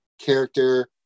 character